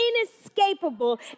inescapable